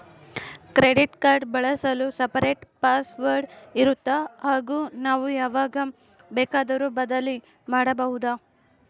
Credit card ಬಳಸಲು separate password ಇರುತ್ತಾ ಹಾಗೂ ನಾವು ಯಾವಾಗ ಬೇಕಾದರೂ ಬದಲಿ ಮಾಡಬಹುದಾ?